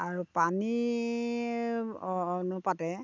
আৰু পানী অনুপাতে